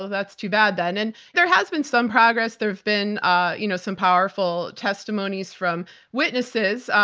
that's too bad then. and there has been some progress. there've been ah you know some powerful testimonies from witnesses,